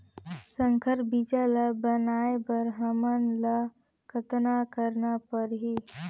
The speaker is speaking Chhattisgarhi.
संकर बीजा ल बनाय बर हमन ल कतना करना परही?